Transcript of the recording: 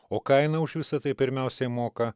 o kainą už visa tai pirmiausiai moka